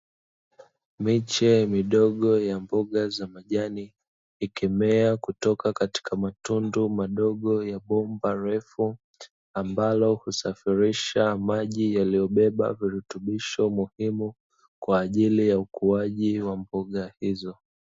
Miche midogo ya mboga za majani, ikimea kutoka katika matundu madogo ya bomba refu, ambalo husafirisha maji yaliyobeba virutubisho muhimu, kwaajili ya ukuaji wa mboga hizo.